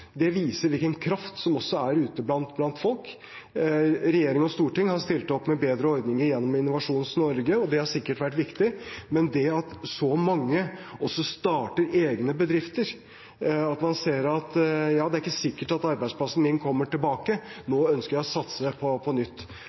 Det viser hvilken kraft som er ute blant folk. Regjering og storting har stilt opp med bedre ordninger gjennom Innovasjon Norge, og det har sikkert vært viktig. Men så mange starter egne bedrifter – man ser at det ikke er sikkert at ens egen arbeidsplass kommer tilbake, og ønsker nå å satse på nytt.